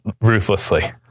ruthlessly